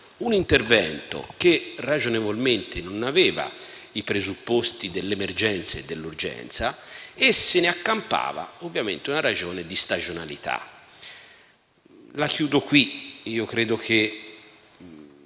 un intervento che ragionevolmente non aveva i presupposti dell'emergenza e dell'urgenza e per il quale si accampava una ragione di stagionalità. Mi fermo qui. Credo che